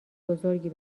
بزرگی